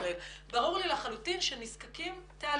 ישראל וברור לי לחלוטין שנזקקים תהליכים.